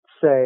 say